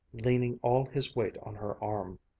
leaning all his weight on her arm.